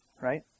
right